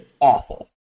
awful